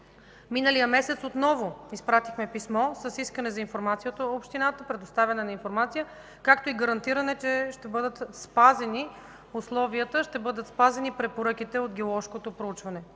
Миналия месец отново изпратихме писмо с искане за информация от общината, за предоставяне на информация, както и гарантиране, че ще бъдат спазени условията, ще бъдат спазени препоръките от геоложкото проучване.